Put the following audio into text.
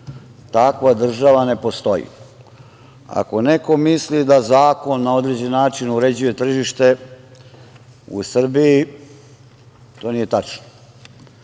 Takva država ne postoji. Ako neko misli da zakon na određen način uređuje tržište u Srbiji, to nije tačno.